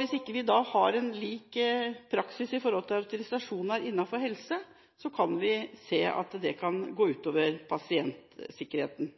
Hvis vi ikke har en lik praksis i forhold til autorisasjoner innenfor helse, kan vi se at det kan gå ut over pasientsikkerheten.